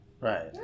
right